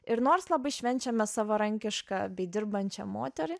ir nors labai švenčiame savarankišką bei dirbančią moterį